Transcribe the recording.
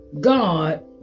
God